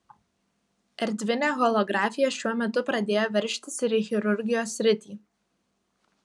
erdvinė holografija šiuo metu pradėjo veržtis ir į chirurgijos sritį